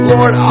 Lord